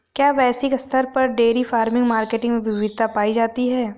क्या वैश्विक स्तर पर डेयरी फार्मिंग मार्केट में विविधता पाई जाती है?